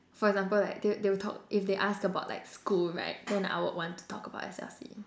for example like they they will talk if they ask about like school right then I would want to talk about S_L_C